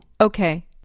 Okay